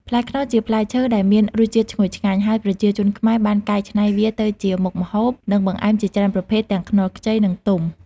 ផ្លែខ្នុរ ជាផ្លែឈើដែលមានរសជាតិឈ្ងុយឆ្ងាញ់ ហើយប្រជាជនខ្មែរបានកែច្នៃវាទៅជាមុខម្ហូប និងបង្អែមជាច្រើនប្រភេទ ទាំងខ្នុរខ្ចី និងទុំ។